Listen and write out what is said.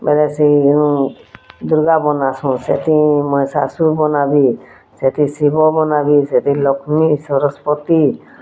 ବୋଲେଁ ସିଏ ହେନୁଁ ଦୁର୍ଗା ବନା ସେତୁ ମହିଶାଶୁ ବନା ଭି ସେଥି ଶିବ ବନା ବି ସେଥି ଲକ୍ଷ୍ମୀ ସରସ୍ୱତୀ